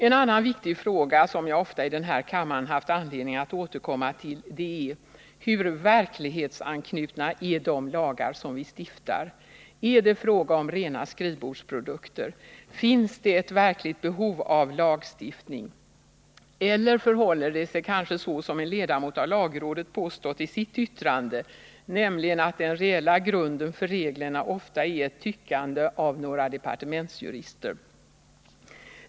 En annan viktig fråga som jag ofta i den här kammaren haft anledning att återkomma till är: Hur verklighetsanknutna är de lagar som vi stiftar? Är det fråga om rena skrivbordsprodukter? Finns det ett verkligt behov av lagstiftning, eller förhåller det sig så som en ledamot av lagrådet påstått i sitt yttrande, nämligen att den reella grunden för reglerna ofta är ett tyckande av några departementsjurister?